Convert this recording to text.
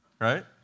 right